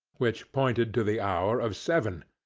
which pointed to the hour of seven.